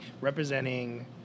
representing